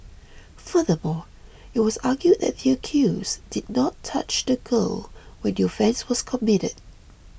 furthermore it was argued that the accused did not touch the girl when your offence was committed